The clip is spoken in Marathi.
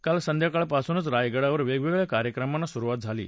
काल संध्याकाळपासूनच रायगडावर वेगवेगळ्या कार्यक्रमांना सुरुवात झाली आहे